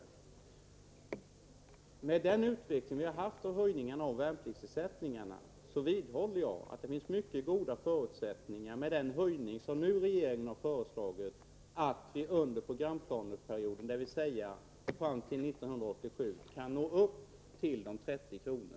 Med hänsyn till den utveckling som vi har haft när det gäller höjningarna av värnpliktsersättningarna vidhåller jag att det — med den höjning som regeringen nu har föreslagit — finns mycket goda förutsättningar att vi under programplaneperioden, dvs. fram till 1987, kan nå upp till 30 kr.